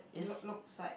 look looks like